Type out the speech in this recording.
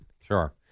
Sure